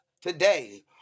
today